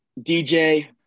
DJ –